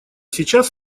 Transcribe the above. сейчас